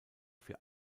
für